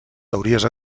teories